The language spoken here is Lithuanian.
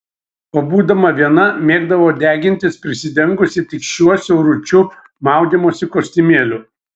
o būdama viena mėgdavo degintis prisidengusi tik šiuo siauručiu maudymosi kostiumėliu